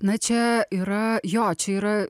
na čia yra jo čia yra